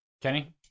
Kenny